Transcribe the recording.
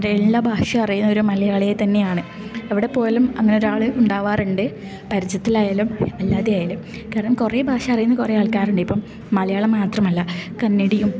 ഭാഷ അറിയുന്ന ഒരു മലയാളിയെ തന്നെയാണ് എവിടെ പോയാലും അങ്ങനെ ഒരാള് ഉണ്ടാവാറുണ്ട് പരിചയത്തിലായാലും അല്ലാതെ ആയാലും കാരണം കുറെ ഭാഷ അറിയുന്ന കുറെ ആൾക്കാരുണ്ടിപ്പം മലയാളം മാത്രമല്ല കന്നഡയും